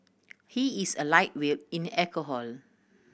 he is a lightweight in alcohol